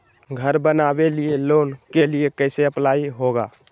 घर बनावे लिय लोन के लिए कैसे अप्लाई होगा?